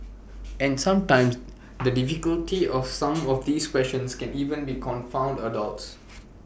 and sometimes the difficulty of some of these questions can even confound adults